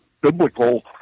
biblical